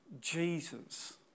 Jesus